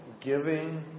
giving